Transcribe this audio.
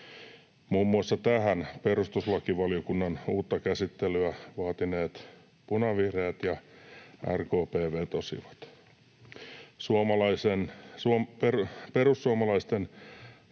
Muun muassa tähän perustuslakivaliokunnan uutta käsittelyä vaatineet punavihreät ja RKP vetosivat. Perussuomalaisten